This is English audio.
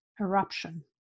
eruption